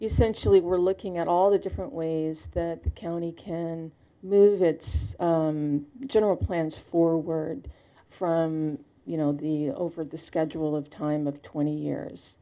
essentially we're looking at all the different ways the county can move its general plans for word from you know the over the schedule of time of twenty years